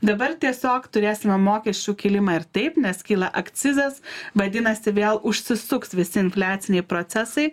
dabar tiesiog turėsime mokesčių kilimą ir taip nes kyla akcizas vadinasi vėl užsisuks visi infliaciniai procesai